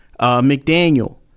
McDaniel